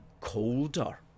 colder